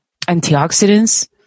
antioxidants